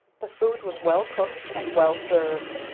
the food was well-cooked and well-served,